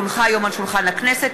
כי הונחה היום על שולחן הכנסת,